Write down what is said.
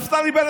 נפתלי בנט,